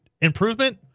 improvement